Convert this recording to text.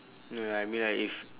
no lah I mean like if